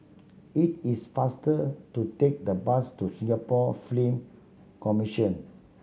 it is faster to take the bus to Singapore Commission